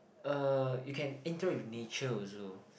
uh you can enter with nature also